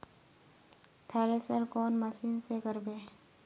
Thresher कौन machine से करबे?